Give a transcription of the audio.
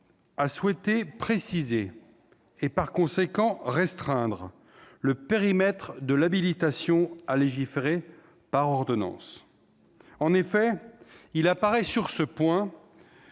a souhaité préciser, par conséquent restreindre, le périmètre de l'habilitation à légiférer par ordonnance. Quelle idée ! En effet, sur ce point,